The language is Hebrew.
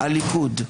הליכוד.